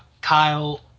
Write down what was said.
Kyle –